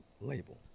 label